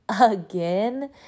again